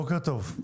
בוקר טוב.